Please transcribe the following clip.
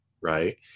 right